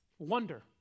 Wonder